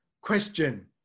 question